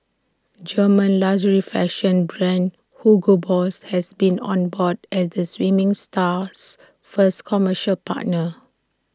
German luxury fashion brand Hugo boss has been on board as the swimming star's first commercial partner